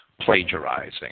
plagiarizing